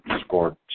scored